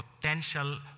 potential